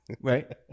Right